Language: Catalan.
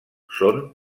són